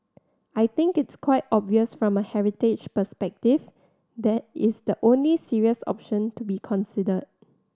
I think it's quite obvious from a heritage perspective that is the only serious option to be considered